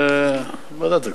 ועדת הכספים.